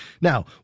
Now